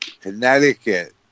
Connecticut